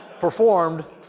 performed